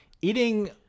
eating